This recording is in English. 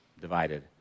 divided